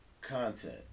content